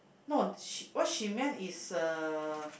no she what she meant is uh